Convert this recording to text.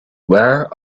where